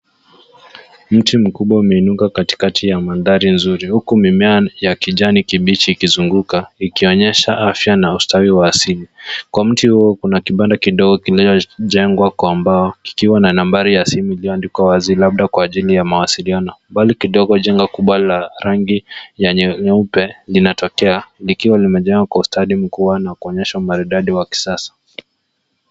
Mti mkubwa umeinuka katikati ya mandhari nzuri huku mimea ya kijani kibichi ikizunguka ikionyesha afya na ustawi wa asili. Kwa mti huo kuna kibana kidogo kilichojengwa kwa mbao kikiwa na nambari ya simu iliyoandikwa wazi labda kwa ajili ya mawasiliano. Mbali kidogo jengo kubwa la rangi ya nyeupe linatokea likiwa limejengwa kwa ustadi mkubwa na kuonyesha maridadi wa kisasa.